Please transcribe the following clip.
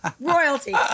Royalty